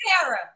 Sarah